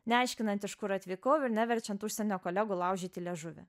neaiškinant iš kur atvykau ir neverčiant užsienio kolegų laužyti liežuvį